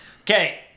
okay